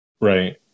right